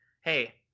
hey